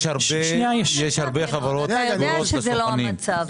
יש הרבה חברות סגורות בפני הסוכנים.